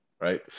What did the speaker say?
right